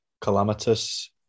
calamitous